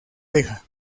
deja